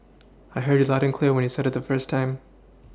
I heard you loud and clear when you said it the first time